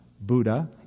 Buddha